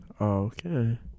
Okay